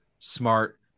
smart